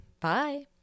Bye